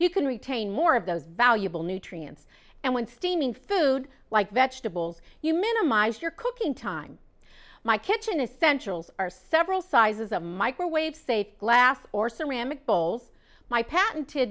you can retain more of those valuable nutrients and when steaming food like vegetables you minimize your cooking time my kitchen essential are several sizes of microwaves say glass or ceramic bowls my